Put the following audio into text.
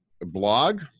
blog